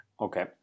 Okay